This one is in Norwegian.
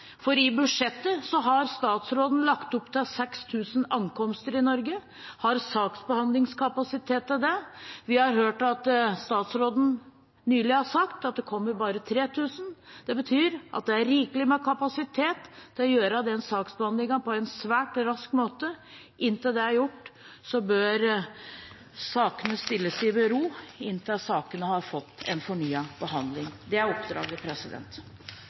for i budsjettet har statsråden lagt opp til 6 000 ankomster til Norge, med saksbehandlingskapasitet til det. Vi har hørt at statsråden nylig har sagt at det kommer bare 3 000. Det betyr at det er rikelig med kapasitet til å gjennomføre saksbehandlingen på en svært rask måte. Inntil det er gjort, bør sakene stilles i bero, inntil sakene har fått fornyet behandling. Det er oppdraget.